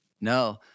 No